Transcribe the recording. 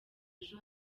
ejo